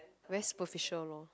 very superficial loh